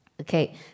Okay